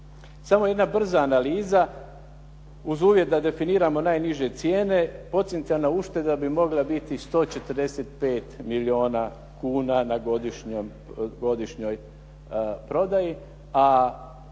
Samo jedna brza analiza, uz uvjet da definiramo najniže cijene, potencijalna ušteda bi mogla biti 145 milijuna kuna na godišnjoj prodaji,